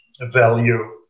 value